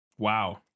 Wow